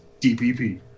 DPP